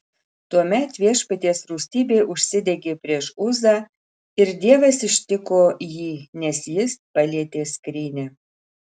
tuomet viešpaties rūstybė užsidegė prieš uzą ir dievas ištiko jį nes jis palietė skrynią